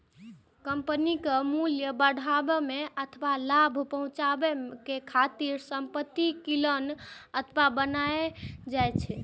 कंपनीक मूल्य बढ़ाबै अथवा लाभ पहुंचाबै खातिर संपत्ति कीनल अथवा बनाएल जाइ छै